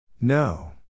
No